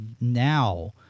now